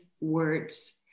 words